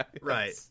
right